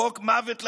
חוק מוות לערבים,